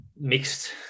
mixed